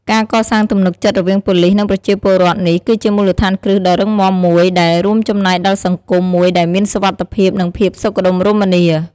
ការកសាងទំនុកចិត្ត រវាងប៉ូលីស និងប្រជាពលរដ្ឋនេះ គឺជាមូលដ្ឋានគ្រឹះដ៏រឹងមាំមួយដែល រួមចំណែកដល់សង្គមមួយដែលមានសុវត្ថិភាព និងភាពសុខដុមរមនា។